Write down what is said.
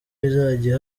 izajya